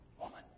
Woman